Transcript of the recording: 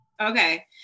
Okay